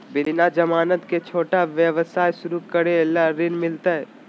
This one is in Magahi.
बिना जमानत के, छोटा व्यवसाय शुरू करे ला ऋण मिलतई?